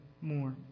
more